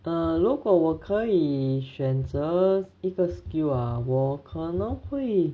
err 如果我可以选择一个 skill ah 我可能会